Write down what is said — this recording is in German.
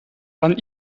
waren